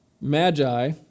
magi